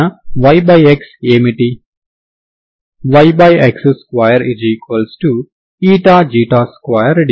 కాబట్టి మన yx ఏమిటి